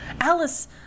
Alice